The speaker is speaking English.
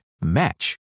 match